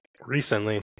recently